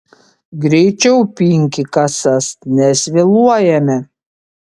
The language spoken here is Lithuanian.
greičiau pinki kasas nes vėluojame